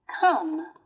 come